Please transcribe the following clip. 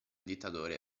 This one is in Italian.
dittatore